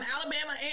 Alabama